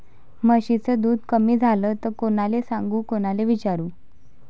म्हशीचं दूध कमी झालं त कोनाले सांगू कोनाले विचारू?